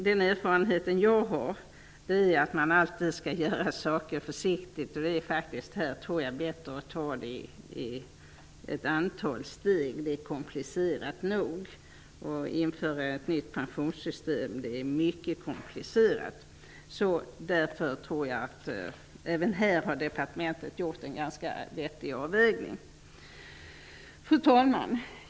Den erfarenhet som jag har är att man alltid skall göra saker försiktigt, och jag tror att det är bäst att genomföra detta i ett antal steg. Det är tillräckligt komplicerat, och att införa ett pensionssystem är mycket komplicerat. Jag tror att departementet även på denna punkt har gjort en ganska vettig avvägning. Fru talman!